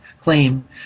claim